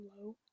low